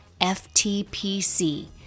FTPC